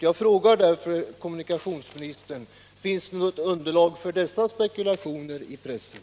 Jag frågar därför kommunikationsministern: Finns det något underlag för dessa spekulationer i pressen?